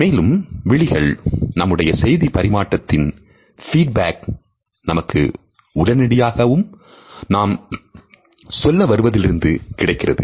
மேலும் விழிகள் நம்முடைய செய்திப் பரிமாற்றத்தின் feedback நமக்கு உடனடியாக நாம் சொல்ல வருவதிலிருந்து கிடைக்கிறது